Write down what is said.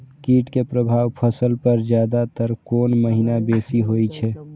कीट के प्रभाव फसल पर ज्यादा तर कोन महीना बेसी होई छै?